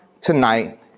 tonight